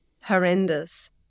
horrendous